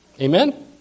Amen